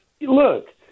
look